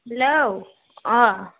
हेल' अ